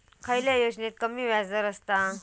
खयल्या योजनेत कमी व्याजदर असता?